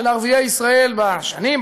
של ערביי ישראל בשנים,